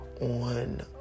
on